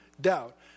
doubt